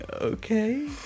okay